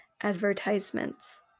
advertisements